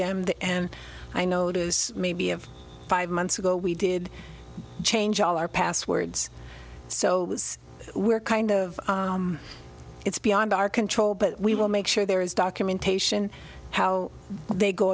that and i know maybe of five months ago we did change all our passwords so we're kind of it's beyond our control but we will make sure there is documentation how they go